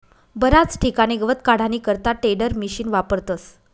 बराच ठिकाणे गवत काढानी करता टेडरमिशिन वापरतस